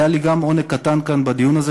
היה לי גם עונג קטן בדיון הזה,